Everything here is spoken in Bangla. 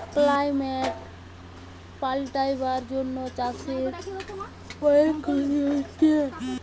ক্লাইমেট পাল্টাবার জন্যে চাষের অনেক ক্ষতি হচ্ছে